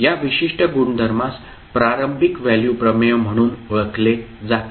या विशिष्ट गुणधर्मास प्रारंभिक व्हॅल्यू प्रमेय म्हणून ओळखले जाते